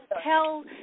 tell